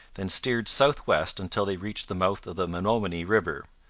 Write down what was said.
then steered south-west until they reached the mouth of the menominee river,